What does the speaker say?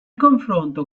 confronto